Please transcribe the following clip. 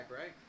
right